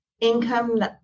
income